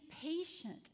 patient